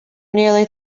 nearly